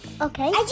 Okay